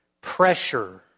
pressure